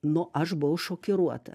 nu aš buvau šokiruota